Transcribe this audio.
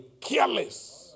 careless